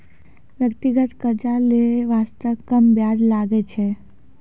व्यक्तिगत कर्जा लै बासते कम बियाज लागै छै